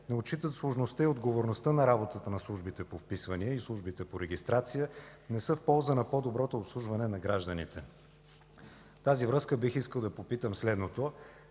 не отчитат сложността и отговорността на работата на службите по вписвания и службите по регистрация, не са в полза на по-доброто обслужване на гражданите. В тази връзка бих искал да попитам следното: